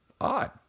odd